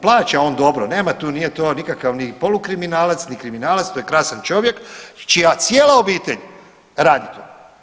Plaća on dobro, nema tu, nije to nikakav ni polukriminalac, ni kriminalac, to je krasan čovjek čija cijela obitelj radi to.